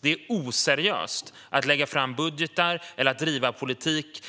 Det är oseriöst att lägga fram budgetar eller att driva politik